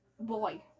boy